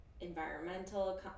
environmental